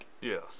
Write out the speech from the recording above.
Yes